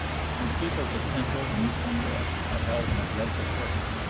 and the peoples of central and eastern europe are held in a dreadful torpor.